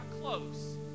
close